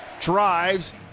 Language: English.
Drives